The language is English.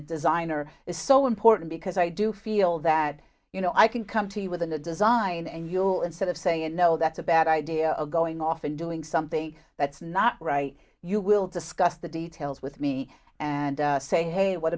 a designer is so important because i do feel that you know i can come to you with a new design and you instead of saying no that's a bad idea of going off and doing something that's not right you will discuss the details with me and say hey what